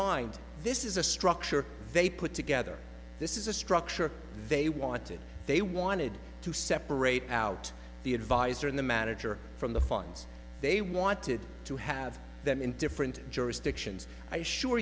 mind this is a structure they put together this is a structure they wanted they wanted to separate out the advisor and the manager from the funds they wanted to have them in different jurisdictions i assure